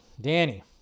Danny